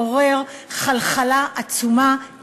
מעורר חלחלה עצומה,